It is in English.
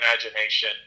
imagination